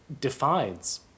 defines